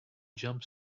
jump